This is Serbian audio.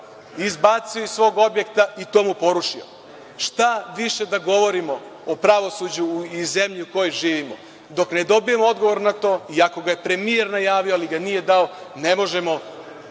izbacio iz svog objekta i to mu porušio. Šta više da govorimo o pravosuđu i zemlji u kojoj živimo. Dok ne dobijemo odgovor na to, iako ga je premijer najavio, ali ga nije dao, ne možemo